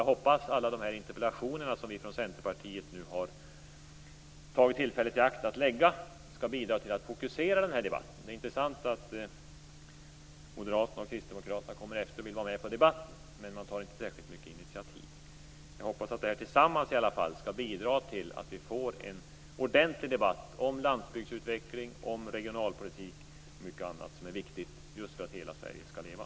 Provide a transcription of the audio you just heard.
Jag hoppas att alla de interpellationer som vi från Centerpartiet nu har tagit tillfället i akt att väcka skall bidra till att fokusera debatten. Det är intressant att moderaterna och kristdemokraterna kommer efter och vill vara med i debatten. Men de tar inte särskilt många initiativ. Jag hoppas att detta tillsammans skall bidra till att vi får en ordentlig debatt om landsbygdsutveckling, om regionalpolitik och om mycket annat som är viktigt just för att hela Sverige skall leva.